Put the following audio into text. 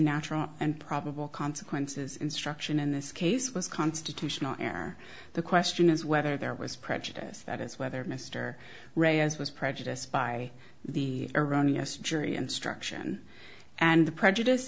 natural and probable consequences instruction in this case was constitutional error the question is whether there was prejudice that is whether mr ray is was prejudiced by the erroneous jury instruction and the prejudice